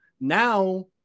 Now